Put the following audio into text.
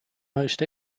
most